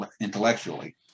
intellectually